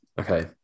okay